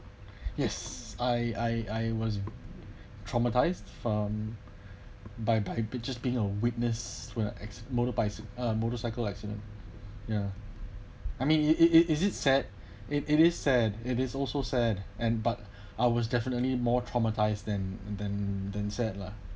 yes I I I was traumatised um by by pictures being a witness where ex motorbike uh motorcycle accident ya I mean it it it is it sad it is said it is also sad and but ours definitely more traumatise then then then sad lah